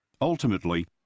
Ultimately